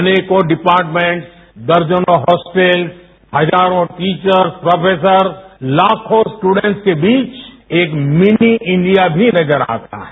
अनेकों डिपार्टमेंट्स दर्जनों हॉस्टल्स हजारों टीचर्स प्रोफेसर्स लाखों स्टूडेंट्स के बीच एक मिनी इंडिया भी नजर आता है